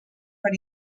per